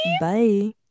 Bye